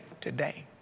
today